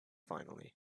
finally